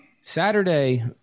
Saturday